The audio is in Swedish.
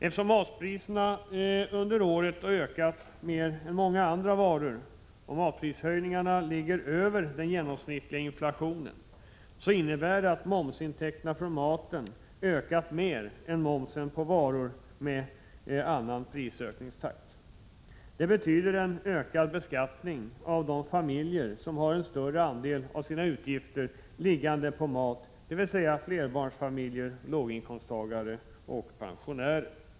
Eftersom matpriserna under åren har ökat mer än priserna på många andra varor och matprishöjningarna ligger över den genomsnittliga inflationen innebär det att momsintäkterna från maten har ökat mer än momsen på varor med annan prisökningstakt. Det betyder en ökad beskattning av de familjer som har en större andel av sina utgifter liggande på mat, dvs. barnfamiljer, låginkomsttagare och pensionärer.